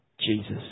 Jesus